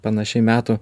panašiai metų